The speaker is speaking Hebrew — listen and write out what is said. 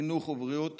חינוך ובריאות